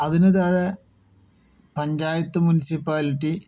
അതിന് താഴെ പഞ്ചായത്ത് മുൻസിപ്പാലിറ്റി